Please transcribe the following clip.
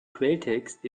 quelltext